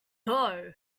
what